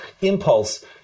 impulse